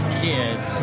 kids